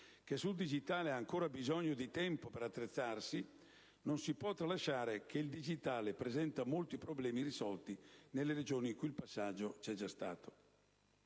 che sul digitale ha ancora bisogno di tempo per attrezzarsi, non si può tralasciare che il digitale presenta molti problemi irrisolti nelle Regioni in cui il passaggio c'è già stato.